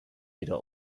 wieder